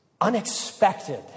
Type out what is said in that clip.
unexpected